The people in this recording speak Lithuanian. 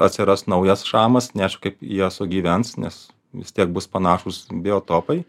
atsiras naujas šamas neaišku kaip jie sugyvens nes vis tiek bus panašūs biotopai